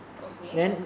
okay